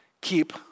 keep